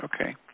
okay